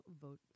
Vote